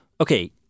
Okay